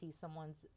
someone's